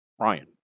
Ryan